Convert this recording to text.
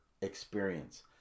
experience